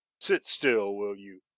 sit still, will you!